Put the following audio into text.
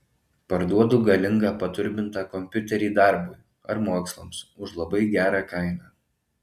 parduodu galingą paturbintą kompiuterį darbui ar mokslams už labai gerą kainą